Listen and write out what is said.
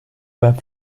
web